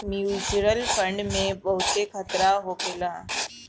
mutual fund में बहुते खतरा होखेला